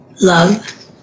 Love